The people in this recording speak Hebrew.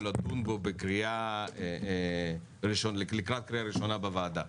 ולדון בו לקראת קריאה ראשונה בוועדה.